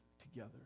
together